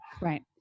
right